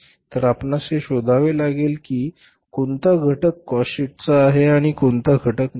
तर आपणास हे शोधावे लागेल की कोणता घटक काॅस्ट शीटचा आहे आणि कोणता घटक नाही